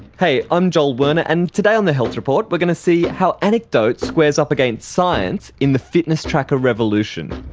hey, i'm joel werner and today on the health report we're going to see how anecdote squares up against science in the fitness tracker revolution.